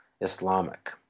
Islamic